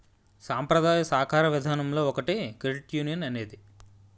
సాంప్రదాయ సాకార విధానంలో ఒకటే క్రెడిట్ యునియన్ అనేది